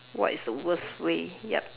what is the worst way yup